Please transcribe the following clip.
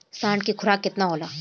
साढ़ के खुराक केतना होला?